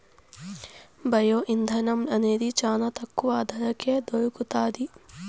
bio ఇంధనం అనేది చానా తక్కువ ధరకే దొరుకుతాది